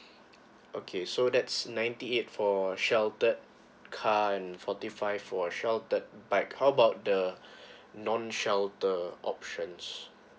okay so that's ninety eight for sheltered car and forty five for sheltered bike how about the non shelter options